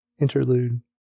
Interlude